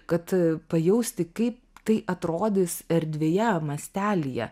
kad pajausti kaip tai atrodys erdvėje mastelyje